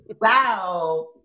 wow